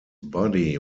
body